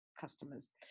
customers